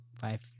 five